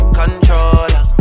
controller